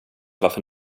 varför